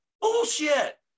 bullshit